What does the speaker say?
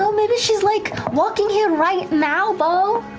so maybe she's like walking here right now, beau.